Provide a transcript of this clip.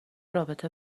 رابطه